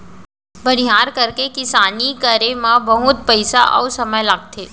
बनिहार करके किसानी करे म बहुत पइसा अउ समय लागथे